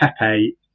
Pepe